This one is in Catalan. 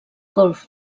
golf